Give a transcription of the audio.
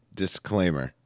Disclaimer